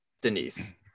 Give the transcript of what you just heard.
denise